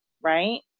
right